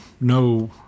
no